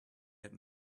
had